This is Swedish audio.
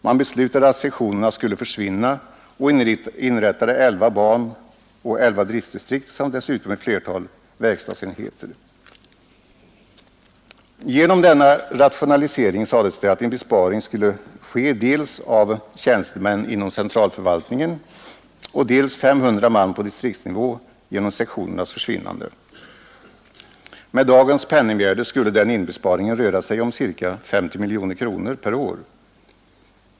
Man beslutade att sektionerna skulle försvinna och inrättade elva bandistrikt och elva driftdistrikt samt dessutom ett flertal verkstadsenheter. Genom denna rationalisering sades det att en besparing skulle ske dels av tjänstemän i centralförvaltningen, dels med 500 man på distriktsnivå. Med dagens penningvärde skulle den inbesparingen röra sig om ca 50 miljoner kronor per år.